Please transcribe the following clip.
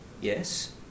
Yes